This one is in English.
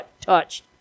touched